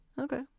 Okay